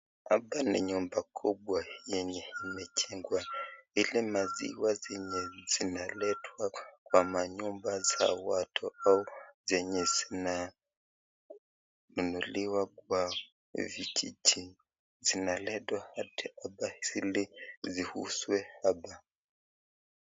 Hapa ni nyumba kubwa yenye imejengwa, ile maziwa zenye zinaletwa kwa manyumba za watu au zenye zinanunuliwa kwa vijiji, zinaletwa hadi hapa ili ziuzwe hapa.